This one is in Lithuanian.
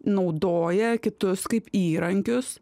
naudoja kitus kaip įrankius